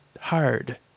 hard